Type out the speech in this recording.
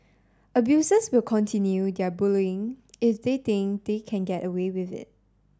abusers will continue their bullying if they think they can get away with it